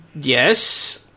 yes